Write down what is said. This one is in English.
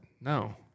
No